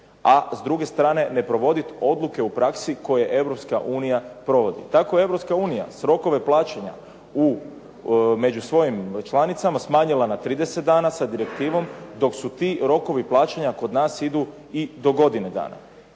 a s druge strane ne provoditi odluke u praksi koje Europska unija provodi. Tako je Europska unija rokove plaćanja među svojim članicama smanjila na 30 dana sa direktivom, dok su ti rokovi plaćanja kod nas idu i do godine dana.